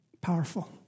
powerful